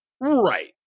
right